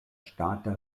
ŝtata